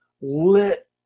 lit